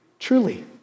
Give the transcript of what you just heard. Truly